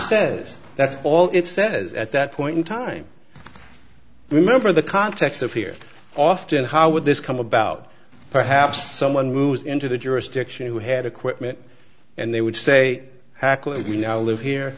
says that's all it says at that point in time remember the context of here often how would this come about perhaps someone moves into the jurisdiction who had equipment and they would say accurately we now live here